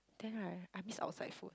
then right I miss outside food